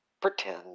pretend